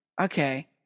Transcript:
okay